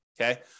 Okay